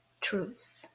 truth